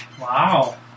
Wow